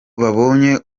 babonye